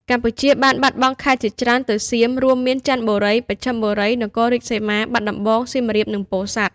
កម្ពុជាបានបាត់បង់ខេត្តជាច្រើនទៅសៀម រួមមាន ចន្ទបុរី បស្ចិមបុរី នគររាជសីមា បាត់ដំបង សៀមរាប និងពោធិ៍សាត់។